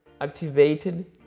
activated